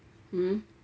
hmm